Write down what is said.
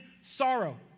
sorrow